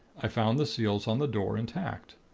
i found the seals on the door intact.